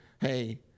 hey